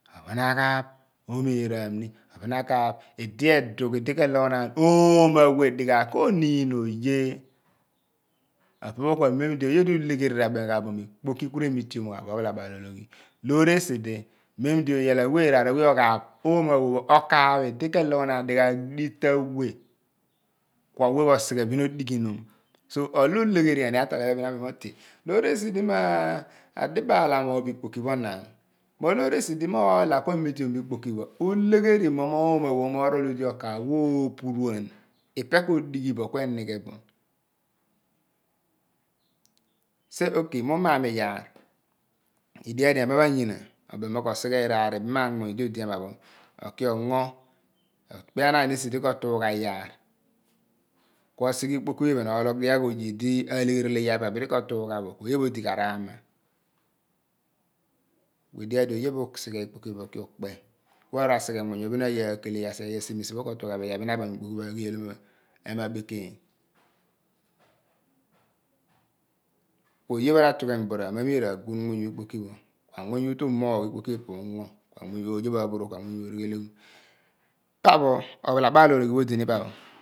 Ophon aghaagh omeraami ophon aghaagh idi edugh di ke loghonaan oomo awe di ghaagh koniin oye opo pho ku amem di oye di ulegheri ra bem gha bo ikpoki ku re mitiom ghan ophalabal ologhi loor esi di mem di iyal awe iraar we oghaaph oomo awe pho akaagh idi ke loghonaan dighaagh dita awe ku awe pho osighe bin odighi num so olo ulegheriani atol epe bin abem mo toh loor esi di ma-ah adibaal amogh bo ikpoki pha na mo loor esi di mo oolah ku amition bo ikpoki pho ulegheri mu mo oomo awe pho mo rol ude okaagh opuruan ipe ko dighi bo ku enigho bo sie oke mi umaam iyaar edia di ema pha anyina obem mo ko si ghe iraar ibamamuny di odi ema pho oki ongo okpianaan esi di ko tugha yar ku osi ghe ikpoki pho iphen pho ologh dighaagh oye di alegheri ilo iyaar phe epe bidi ko tugha so oye pho odi ghan ramma ku edighi yar di oyepho usighe ikpoki phi phe uki-upke ku aru asighe muuny pho bin aghia keleghi asighe aghi asiewi esi pho ko tugha pho iyaar bin apham ikpoki pho agheelom ema abekeeny ku oye pho ra gun muuny pho ikpoki pho ku amuuny pho utue umoogh ikpoki phi ipe ugno kuoye aphorogh ku amuuny pho orighela gun pa pho ophalabal ologhi pho odi ni pa pho?